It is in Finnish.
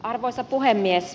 arvoisa puhemies